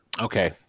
okay